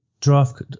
draft